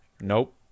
Nope